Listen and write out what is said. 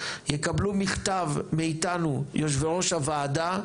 יקבלו מכתב מאיתנו יושבי ראש הוועדה,